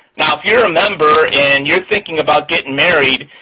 now, if you're a member and you're thinking about getting married,